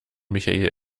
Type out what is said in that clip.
michael